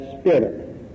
spirit